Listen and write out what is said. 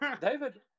david